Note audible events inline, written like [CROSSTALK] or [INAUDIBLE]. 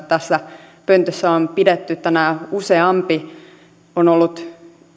[UNINTELLIGIBLE] tässä pöntössä on pidetty tänään useampi on ollut